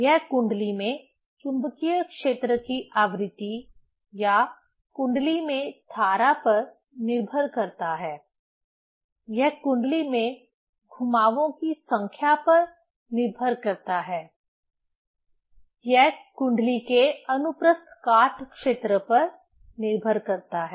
यह कुंडली में चुंबकीय क्षेत्र की आवृत्ति या कुंडली में धारा पर निर्भर करता है यह कुंडली में घुमावों की संख्या पर निर्भर करता है यह कुंडली के अनुप्रस्थ काट क्षेत्र पर निर्भर करता है